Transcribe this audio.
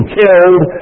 killed